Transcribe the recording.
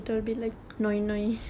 very naggy ah